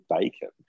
bacon